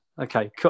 Okay